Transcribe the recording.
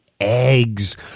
eggs